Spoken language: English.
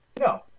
No